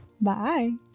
bye